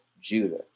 Judah